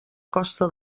costa